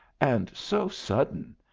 and so sudden.